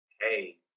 hey